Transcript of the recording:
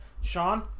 Sean